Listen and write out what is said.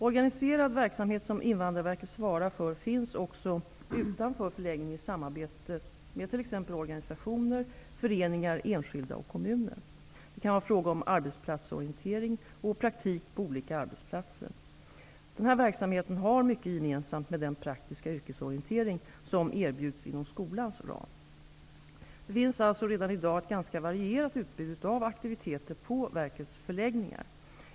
Organiserad verksamhet som Invandrarverket svarar för finns också utanför förläggningen i samarbete med t.ex. organisationer, föreningar, enskilda och kommuner. Det kan vara fråga om arbetsplatsorientering och praktik på olika arbetsplatser. Denna verksamhet har mycket gemensamt med den praktiska yrkesorientering som erbjuds inom skolans ram. Det finns alltså redan i dag ett ganska varierat utbud av aktiviteter på verkets förläggningar.